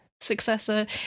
successor